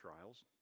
trials